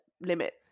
limit